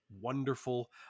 wonderful